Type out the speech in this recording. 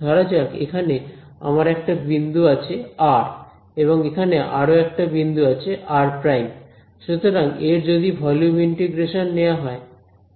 ধরা যাক এখানে আমার একটা বিন্দু আছে r এবং এখানে আরো একটা বিন্দু আছে r সুতরাং এর যদি ভলিউম ইন্টিগ্রেশন নেওয়া হয়